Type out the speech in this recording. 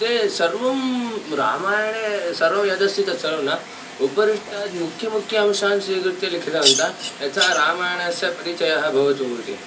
ते सर्वं रामायणे सर्वं यदस्ति तत्सर्वं न उपरिष्टात् मुख्यमुख्यान् अंशान् स्वीकृत्य लिखितवन्तः यथा रामायणस्य परिचयः भवतु इति